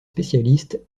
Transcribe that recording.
spécialistes